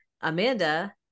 amanda